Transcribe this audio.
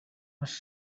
was